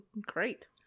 great